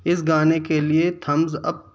اس گانے کے لیے تھمز اپ